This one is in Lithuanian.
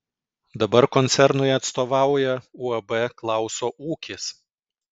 dabar koncernui atstovauja uab klauso ūkis